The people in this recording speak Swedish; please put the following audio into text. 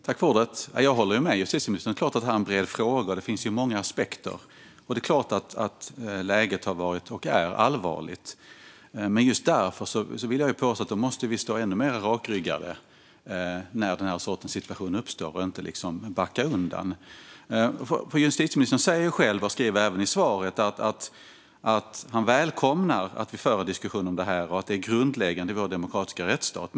Fru talman! Jag håller med justitieministern. Det är klart att detta är en bred fråga och att det finns många aspekter. Det är klart att läget har varit, och är, allvarligt. Men just därför vill jag påstå att vi måste stå ännu mer rakryggade när den här sortens situation uppstår och inte backa undan. Justitieministern säger själv i svaret att han välkomnar att vi för en diskussion om detta och att det är grundläggande i vår demokratiska rättsstat.